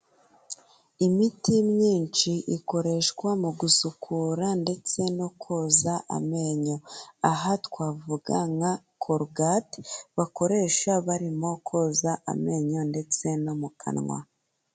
Imiti myinshi ikoreshwa mu gusukura ndetse no koza amenyo. Aha twavuga nka colgate bakoresha barimo koza amenyo ndetse no mu kanwa.